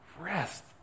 Rest